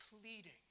pleading